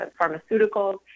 pharmaceuticals